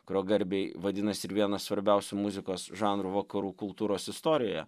kurio garbei vadinasi ir vienas svarbiausių muzikos žanrų vakarų kultūros istorijoje